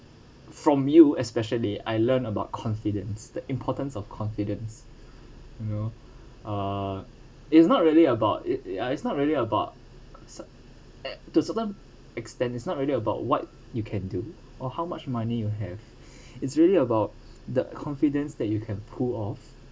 from you especially I learn about confidence the importance of confidence you know uh it's not really about it ya it's not really about ce~ to certain extent it's not really about what you can do or how much money you have it's really about the confidence that you can pull off